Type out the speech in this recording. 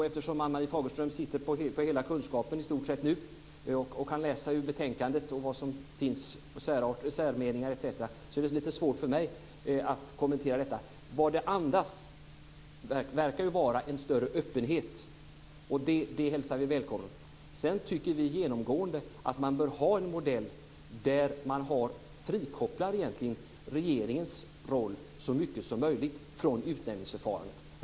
Eftersom Ann-Marie Fagerström nu sitter inne med i stort sett hela kunskapen och kan läsa vad som står i betänkandet i form av särmeningar etc. är det svårt för mig att kommentera detta. Det verkar andas en större öppenhet, och det hälsar vi välkommet. Sedan tycker vi genomgående att man bör ha en modell där man frikopplar regeringens roll så mycket som möjligt från utnämningsförfarandet.